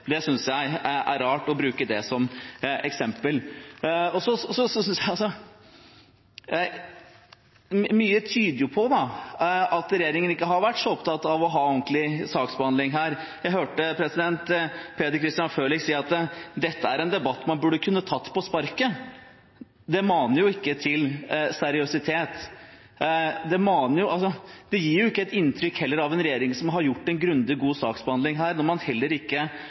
sak, synes jeg er rart. Mye tyder på at regjeringen ikke har vært så opptatt av å ha ordentlig saksbehandling her. Jeg hørte Peter Christian Frølich si at dette er en debatt man burde kunne ta på sparket. Det maner ikke til seriøsitet. Det gir heller ikke et inntrykk av en regjering som har gjort en grundig og god saksbehandling, når man ikke